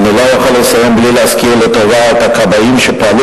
ואני לא יכול לסיים בלי להזכיר לטובה את הכבאים שפעלו